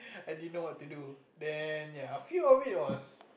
I didn't know what to do then ya a few of it was